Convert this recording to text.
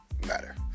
matter